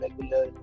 regular